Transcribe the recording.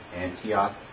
Antioch